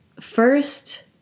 First